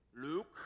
Luke